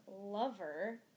lover